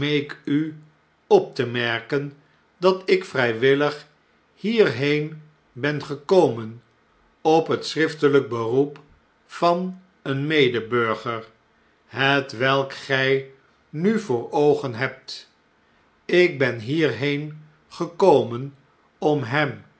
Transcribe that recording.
u op te merken dat ikvrijwillig hierheen ben gekomen op het schriftelp beroep van een medeburger hetwelk gij nu voor oogen hebt ik ben hierheen gekomen om hem